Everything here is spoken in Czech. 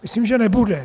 Myslím, že nebude.